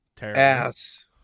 Ass